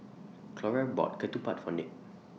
Clora bought Ketupat For Nick